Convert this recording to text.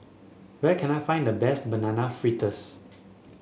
where can I find the best Banana Fritters